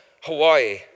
hawaii